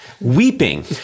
weeping